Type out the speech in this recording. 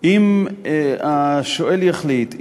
השואל יחליט.